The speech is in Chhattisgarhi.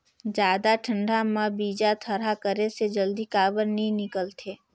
जादा ठंडा म बीजा थरहा करे से जल्दी काबर नी निकलथे?